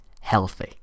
healthy